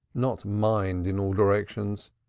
not mined in all directions